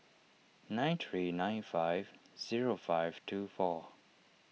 nine three nine five zero five two four